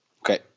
Okay